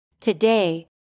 Today